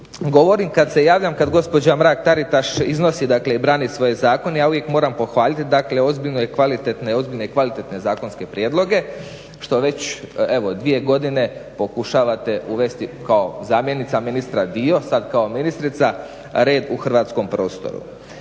govorim kad se javljam kad gospođa Mrak Taritaš iznosi i brani svoje zakone ja uvijek moram pohvaliti dakle ozbiljne i kvalitetne zakonske prijedloge što već evo dvije godine pokušavate uvesti kao zamjenica ministra dio, sad kao ministrica, red u hrvatskom prostoru.